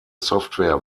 software